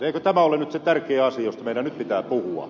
eikö tämä ole nyt se tärkeä asia josta meidän nyt pitää puhua